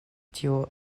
tiu